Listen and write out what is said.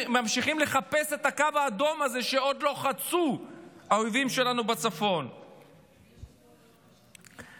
ממשיכים לחפש את הקו האדום הזה שהאויבים שלנו בצפון עוד לא חצו.